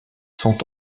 sont